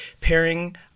pairing